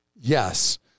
Yes